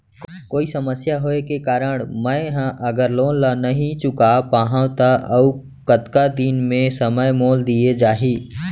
कोई समस्या होये के कारण मैं हा अगर लोन ला नही चुका पाहव त अऊ कतका दिन में समय मोल दीये जाही?